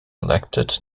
elected